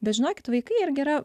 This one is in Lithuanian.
bet žinokit vaikai irgi yra